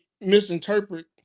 misinterpret